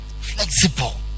Flexible